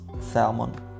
salmon